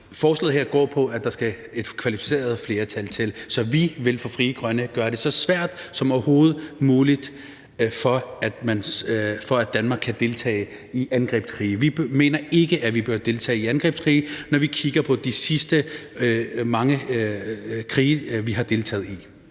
Forslaget her går på, at der skal et kvalificeret flertal til. Så vi vil fra Frie Grønnes side gøre det så svært som overhovedet muligt for Danmark at kunne deltage i angrebskrige. Vi mener ikke, at vi bør deltage i angrebskrige, når vi kigger på de sidste mange krige, vi har deltaget i.